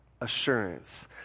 assurance